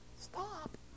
Stop